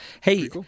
Hey